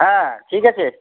হ্যাঁ ঠিক আছে